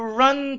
run